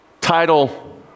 title